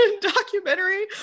documentary